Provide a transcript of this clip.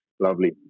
Lovely